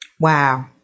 Wow